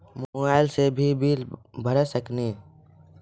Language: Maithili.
मोबाइल से भी बिल भरा जाता हैं?